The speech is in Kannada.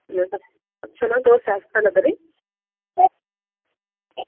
ಚಲೋ ತೋರ್ಸಿ ಹಾಸ್ಪಿಟಲ್